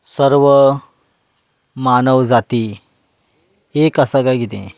सर्व मानव जाती एक आसा काय कितें